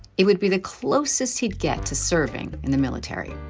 it would be the closest he'd get to serving in the military.